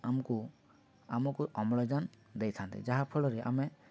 ଆମକୁ ଆମକୁ ଅମ୍ଳଜାନ ଦେଇଥାନ୍ତି ଯାହାଫଳରେ ଆମେ